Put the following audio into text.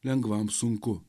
lengvam sunku